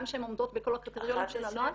גם שהן עומדות בכל הקריטריונים של הנוהל,